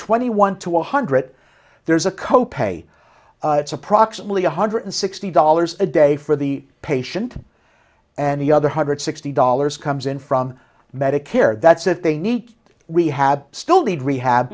twenty one to one hundred there's a co pay it's approximately one hundred sixty dollars a day for the patient and the other hundred sixty dollars comes in from medicare that's if they need we had still need rehab